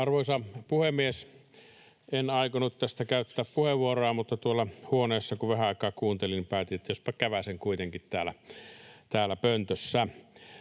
Arvoisa puhemies! En aikonut tästä käyttää puheenvuoroa, mutta tuolla huoneessa kun vähän aikaa kuuntelin, päätin, että jospa käväisen kuitenkin täällä pöntössä.